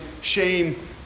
shame